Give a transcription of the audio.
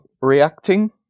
reacting